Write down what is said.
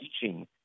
teaching